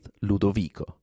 Ludovico